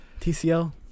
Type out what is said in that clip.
TCL